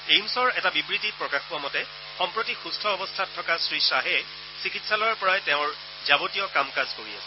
এইমছৰ এটা বিবৃতিত প্ৰকাশ পোৱা মতে সম্প্ৰতি সুস্থ অৱস্থাত থকা শ্ৰীশ্বাহে চিকিৎসালয়ৰ পৰাই তেওঁৰ যাৱতীয় কাম কাজ কৰি আছে